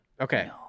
okay